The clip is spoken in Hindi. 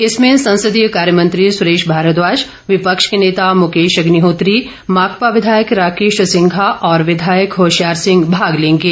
इसमें संसदीय कार्य मंत्री सुरेश भारद्वाज विपक्ष के नेता मुकेश अग्निहोत्री माकपा विधायक राकेश सिंघा और विधायक होशियार सिंह भाग लेंगे